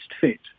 fit